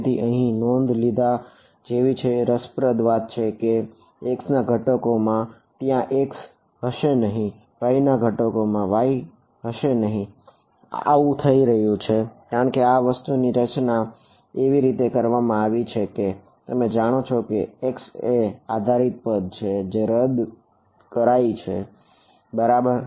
તેથી અહીં નોંધ લીધા જેવી રસપ્રદ વાત એ છે કે X ના ઘટકોમાં ત્યાં x હશે નહિ y ના ઘટકોમાં y હશે નહિ આવી થઇ રહ્યું છે કારણ કે આ વસ્તુની રચના એવી રીતે કરવામાં આવી છે તમે જાણો છો X એ આધારિત પદ છે જે રદ કરાઈ છે બરાબર